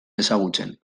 ezagutzen